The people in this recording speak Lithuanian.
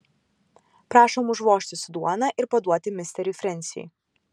prašom užvožti su duona ir paduoti misteriui frensiui